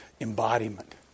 embodiment